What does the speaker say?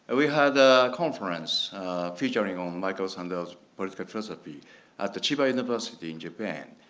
we had a conference featuring on michael sandel's political philosophy at the chiba university in japan.